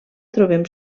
trobem